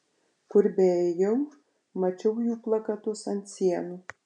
kur beėjau mačiau jų plakatus ant sienų